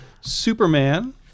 superman